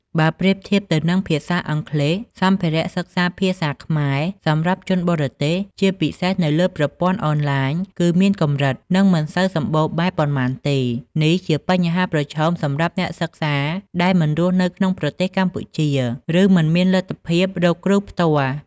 បើប្រៀបធៀបទៅនឹងភាសាអង់គ្លេស សម្ភារៈសិក្សាភាសាខ្មែរសម្រាប់ជនបរទេស ជាពិសេសនៅលើប្រព័ន្ធអនឡាញ គឺមានកម្រិត និងមិនសូវសម្បូរបែបប៉ុន្មានទេ។ នេះជាបញ្ហាប្រឈមសម្រាប់អ្នកសិក្សាដែលមិនរស់នៅក្នុងប្រទេសកម្ពុជា ឬមិនមានលទ្ធភាពរកគ្រូផ្ទាល់។